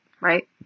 Right